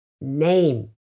name